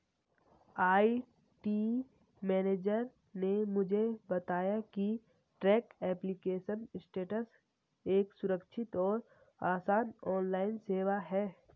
IT manager ने मुझे बताया की ट्रैक एप्लीकेशन स्टेटस एक सुरक्षित और आसान ऑनलाइन सेवा है